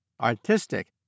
artistic